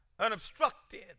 unobstructed